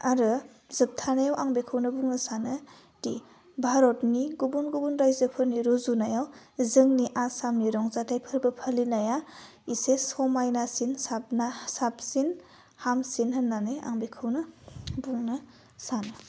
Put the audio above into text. आरो जोबथानायाव आं बेखौनो बुंनो सानो दि भारतनि गुबुन गुबुन रायजोफोरनि रुजुनायाव जोंनि आसामनि रंजाथाइ फोरबो फालिनाया एसे समायनासिन साबना साबसिन हामसिन होन्नानै आं बेखौनो बुंनो सानो